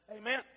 Amen